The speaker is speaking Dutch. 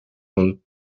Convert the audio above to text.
van